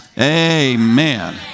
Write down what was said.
amen